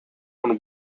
one